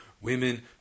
women